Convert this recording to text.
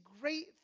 great